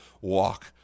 walk